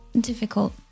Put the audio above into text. difficult